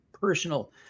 personal